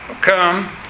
come